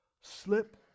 slip